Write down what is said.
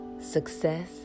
success